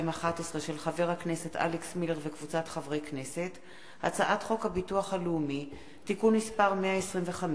הכנסת, הצעת חוק הביטוח הלאומי (תיקון מס' 125)